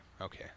okay